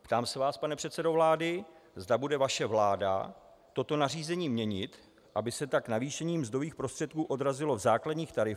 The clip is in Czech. Ptám se, vás, pane předsedo vlády, zda bude vaše vláda toto nařízení měnit, aby se tak navýšení mzdových prostředků odrazilo v základních tarifech.